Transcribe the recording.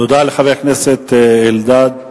תודה לחבר הכנסת אלדד,